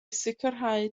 sicrhau